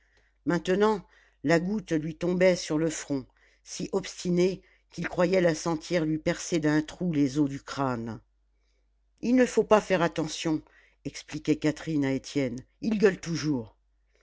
maintenant la goutte lui tombait sur le front si obstinée qu'il croyait la sentir lui percer d'un trou les os du crâne il ne faut pas faire attention expliquait catherine à étienne ils gueulent toujours